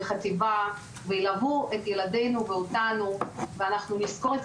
לחטיבה וילוו את ילדינו ואותנו ואנחנו נזכור את